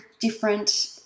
different